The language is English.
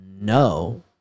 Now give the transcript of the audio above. No